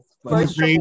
First